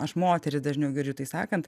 aš moteris dažniau girdžiu tai sakant